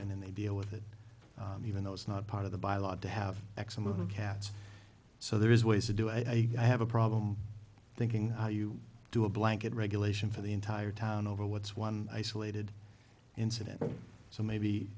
selectmen and they deal with it even though it's not part of the by law to have x amount of cats so there is ways to do i think i have a problem thinking you do a blanket regulation for the entire town over what's one isolated incident so maybe